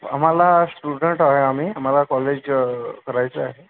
आम्हाला स्टुडन्ट आहे आम्ही आम्हाला कॉलेज करायचं आहे